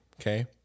okay